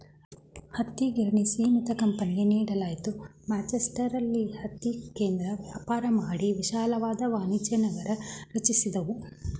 ಹತ್ತಿಗಿರಣಿ ಸೀಮಿತ ಕಂಪನಿಗೆ ನೀಡಲಾಯ್ತು ಮ್ಯಾಂಚೆಸ್ಟರಲ್ಲಿ ಹತ್ತಿ ಕೇಂದ್ರ ವ್ಯಾಪಾರ ಮಹಡಿಯು ವಿಶಾಲವಾದ ವಾಣಿಜ್ಯನಗರ ರಚಿಸಿದವು